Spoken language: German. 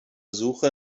suche